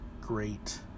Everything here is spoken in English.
great